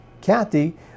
Kathy